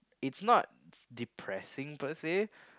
it's not depressing per say